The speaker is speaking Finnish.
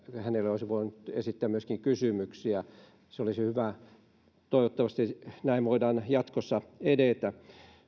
hänelle olisi voinut esittää myöskin kysymyksiä se olisi hyvä toivottavasti näin voidaan jatkossa edetä